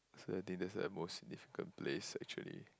so I think that's the most significant place actually